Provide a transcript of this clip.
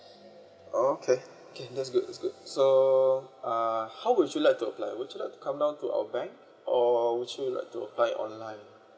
okay okay that's good that's good so uh how would you like to apply would you like to come down to our bank or would you like to apply online